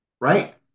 right